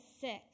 sick